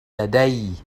لدي